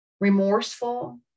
remorseful